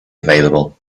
available